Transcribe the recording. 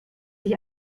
sich